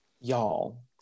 Y'all